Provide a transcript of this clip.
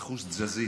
אחוז תזזית.